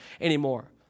anymore